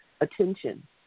attention